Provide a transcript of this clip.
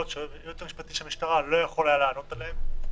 שהייעוץ המשפטי של המשטרה לא יכול היה לענות עליהן?